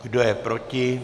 Kdo je proti?